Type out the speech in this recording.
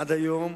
עד היום